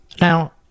Now